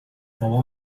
بابام